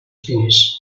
finished